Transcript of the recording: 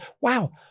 Wow